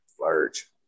Large